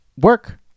work